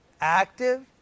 active